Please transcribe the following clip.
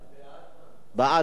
בעד, בעד, הסרה, כן.